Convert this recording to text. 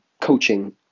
coaching